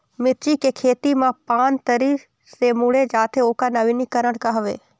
मिर्ची के खेती मा पान तरी से मुड़े जाथे ओकर नवीनीकरण का हवे?